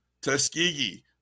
Tuskegee